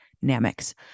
dynamics